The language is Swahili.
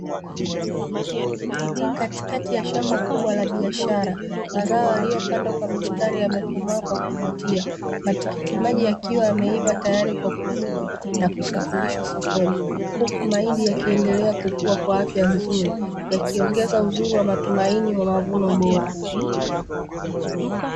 Katikati ya shamba kubwa la biashara mazao yaliyopandwa kwa mistari yamekomaa kwa kuvutia, matikiti maji yakiwa yameiva tayari kwa kuvunwa na kusafirishwa sokoni, huku mahindi yakiendelea kukua kwa afya nzuri yakiongeza uzuri wa matumaini wa mavuno bora.